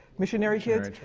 missionary kids.